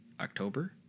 October